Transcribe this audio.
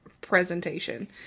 presentation